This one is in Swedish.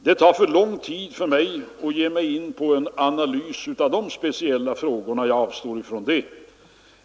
Det tar för lång tid för mig att ge mig in på en analys av dessa speciella frågor, och jag avstår från det.